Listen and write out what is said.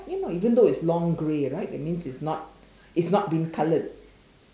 you know even though it's long grey right that means it's not it's not been colored